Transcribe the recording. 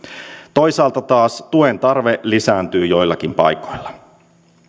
toisaalta taas tuen tarve lisääntyy joillakin paikoilla